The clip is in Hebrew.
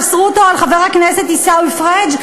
שאסרו אותו על חבר הכנסת עיסאווי פריג'.